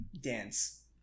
dance